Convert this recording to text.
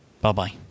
Bye-bye